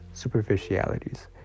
superficialities